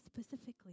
specifically